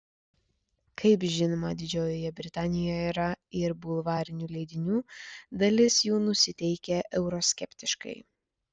kaip žinoma didžiojoje britanijoje yra ir bulvarinių leidinių dalis jų nusiteikę euroskeptiškai